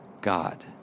God